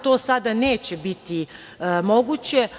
To sada neće biti moguće.